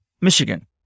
Michigan